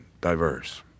diverse